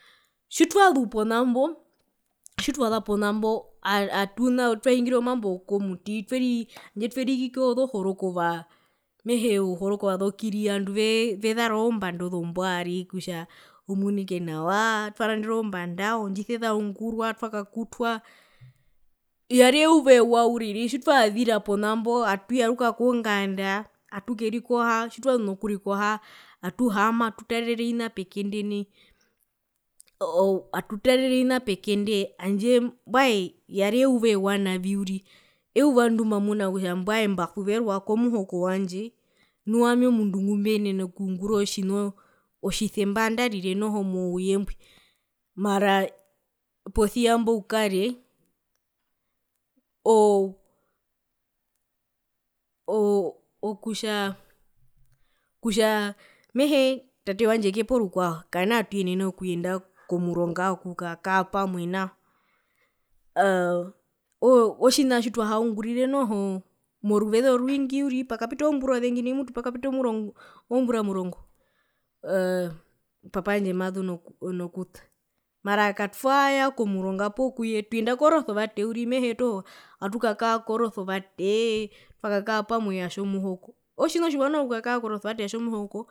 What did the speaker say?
Tjitwazu ponambo tjitwaza ponambo twahungire omambo wokomuti tweri tjandje twerihikike ozohorokova mehee ozohorokova zokiri ovandu vee vezara ozombanda ozombwa ari kutja vemunike nawa twaranderwa ozombanda ozondjise zaungurwa twakakutwa yari eyuva ewa uriri tjitwazira ponambo atuyaruka konganda atukerikoha tjitwazu nokurikoha atuhaama atutarere ovina pekende nai oo atutarere ovina pekende mbwae yari eyuva ewa uriri euva ndimbamuna kutja mbasuverwa komuhoko wandje nu owamiomundu ngumeenene okungura otjina otjisemba nandarire mouye noho mouye mbwi mara posia imboukare oo o o okutja kutja mehee tate wandje kepo rukwao kanaa tuyenene okuyenda komuronga okukaa pamwe nao aa ao otji otjina tjituhaungurire noho moruveze orungi uriri pakapita ozombura ozengi nai mutu pakapita ozombura mutu omurongo ozombura omurongo aa aa papa wandje mazu no nokuta mara katwaya komuronga poo kuye tuyenda koresevate uriri toho mehee uriri toho atukara korosevatee twakakaa pamwe otjomuhoko otjina otjiwa noho okukara pamwe koresevate otjomuhoko.